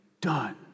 done